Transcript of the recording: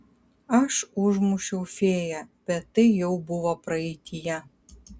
aš užmušiau fėją bet tai jau buvo praeityje